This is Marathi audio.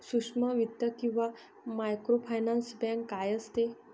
सूक्ष्म वित्त किंवा मायक्रोफायनान्स बँक काय असते?